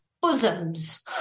bosoms